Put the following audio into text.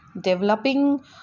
developing